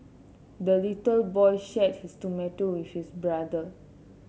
the little boy shared his tomato with his brother